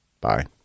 Bye